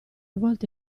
volte